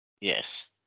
Yes